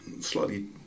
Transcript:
Slightly